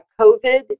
COVID